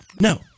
No